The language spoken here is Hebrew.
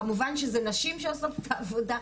כמובן שאלו נשים שעושות את העבודה.